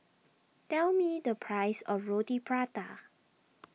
tell me the price of Roti Prata